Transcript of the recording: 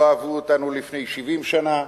לא אהבו אותנו לפני 70 שנה,